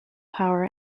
power